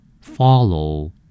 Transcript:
Follow